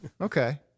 Okay